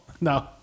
No